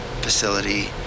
facility